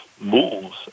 moves